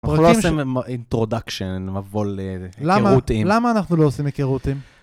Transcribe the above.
אנחנו לא עושים אינטרודקשן, מבוא ל, היכרות עם. למה, למה אנחנו לא עושים היכרות עם?